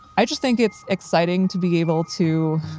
i just think it's exciting to be able to,